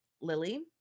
Lily